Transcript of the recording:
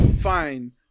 fine